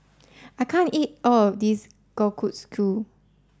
I can't eat all of this Kalguksu